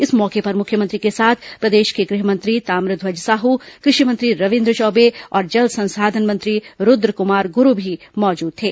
इस मौके पर मुख्यमंत्री के साथ प्रदेश के गृहमंत्री ताम्रध्वज साह कृषि मंत्री रविन्द्र चौबे और जल संसाधन मंत्री रूद्र कुमार गुरू भी मौजूद थे